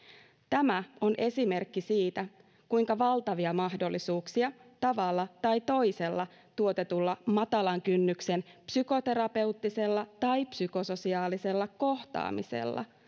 tämä on esimerkki siitä kuinka valtavia mahdollisuuksia tavalla tai toisella tuotetulla matalan kynnyksen psykoterapeuttisella tai psykososiaalisella kohtaamisella